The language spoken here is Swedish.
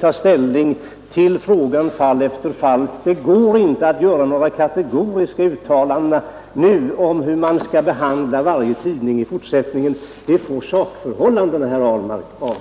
ta ställning i fall efter fall. Det går inte att göra några kategoriska uttalanden nu om hur varje tidning i fortsättningen skall behandlas. Det får sakförhållandena avgöra, herr Ahlmark.